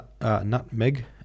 nutmeg